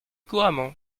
couramment